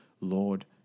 Lord